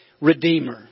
redeemer